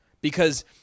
because-